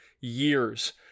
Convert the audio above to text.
years